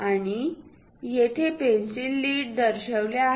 आणि येथे pencil leads दर्शविल्या आहेत